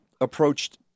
approached